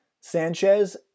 Sanchez